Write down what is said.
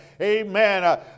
amen